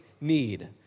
need